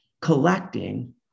collecting